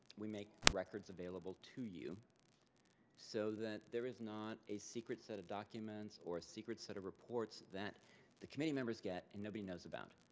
we make records available to you so that there is not a secret set of documents or a secret set of reports that the committee members get and nobody knows about.